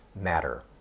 matter